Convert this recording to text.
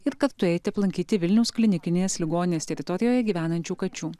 ir kartu eiti aplankyti vilniaus klinikinės ligonės teritorijoj gyvenančių kačių